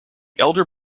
elder